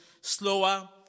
slower